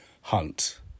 hunt